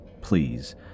please